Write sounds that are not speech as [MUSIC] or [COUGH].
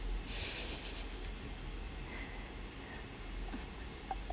[LAUGHS]